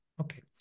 Okay